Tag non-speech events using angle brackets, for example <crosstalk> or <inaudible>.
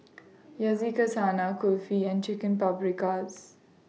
<noise> Yakizakana Kulfi and Chicken Paprikas